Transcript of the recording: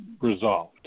resolved